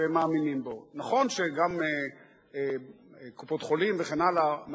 ואני מאמין שיש לה גם סיכוי לעבור את